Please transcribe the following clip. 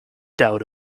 doubt